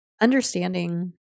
understanding